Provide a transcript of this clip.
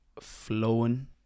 flowing